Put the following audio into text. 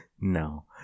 No